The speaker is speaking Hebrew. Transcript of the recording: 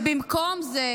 במקום זה,